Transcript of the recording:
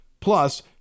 Plus